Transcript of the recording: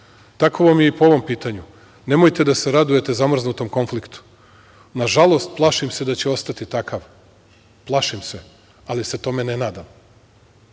Tako vam je i po ovom pitanju. Nemojte da se radujete zamrznutom konfliktu. Nažalost, plašim se da će ostati takav, plašim se, ali se tome ne nadam.I